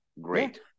Great